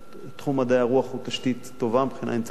תחום מדעי הרוח הוא תשתית טובה מבחינה אינטלקטואלית.